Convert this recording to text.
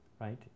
Right